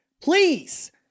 Please